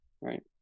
right